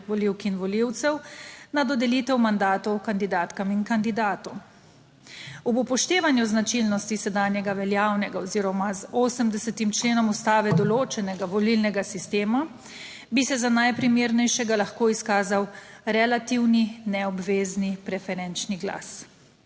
volivk in volivcev na dodelitev mandatov kandidatkam in kandidatu. Ob upoštevanju značilnosti sedanjega veljavnega oziroma z 80. členom Ustave določenega volilnega sistema, bi se za najprimernejšega lahko izkazal relativni neobvezni preferenčni glas.